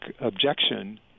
objection